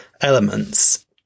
elements